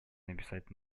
написать